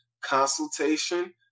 consultation